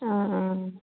অঁ অঁ